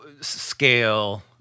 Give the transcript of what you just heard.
scale